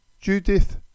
Judith